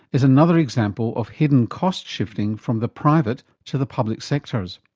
is another example of hidden cost shifting from the private to the public sectors.